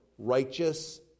Righteous